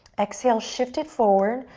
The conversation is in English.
exhale, shift it forward.